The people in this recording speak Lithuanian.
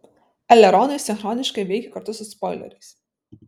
eleronai sinchroniškai veikia kartu su spoileriais